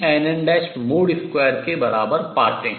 2 के बराबर पाते हैं